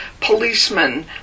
policemen